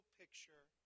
picture